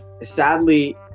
Sadly